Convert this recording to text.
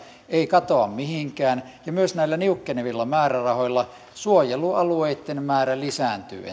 ei katoa mihinkään ja myös näillä niukkenevilla määrärahoilla suojelualueitten määrä lisääntyy